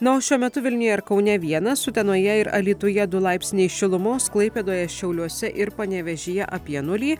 nors šiuo metu vilniuje ir kaune vienas utenoje ir alytuje du laipsniai šilumos klaipėdoje šiauliuose ir panevėžyje apie nulį